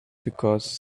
because